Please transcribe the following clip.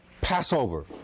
Passover